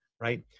right